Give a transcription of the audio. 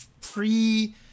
pre